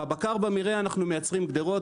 בבקר במרעה אנחנו מייצרים גדרות.